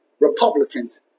Republicans